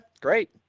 great